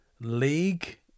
league